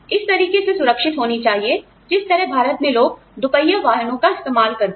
इस तरीके से सुरक्षित होनी चाहिए जिस तरह भारत में लोग दोपहिया वाहनों का इस्तेमाल करते हैं